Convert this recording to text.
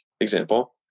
example